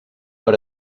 per